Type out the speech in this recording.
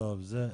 פה זה הזמן שלי.